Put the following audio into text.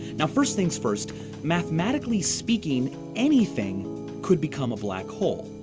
now, first thing's first mathematically speaking, anything could become a black hole,